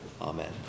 Amen